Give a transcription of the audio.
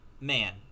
man